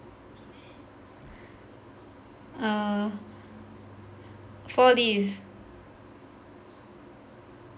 err four leaves